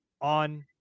on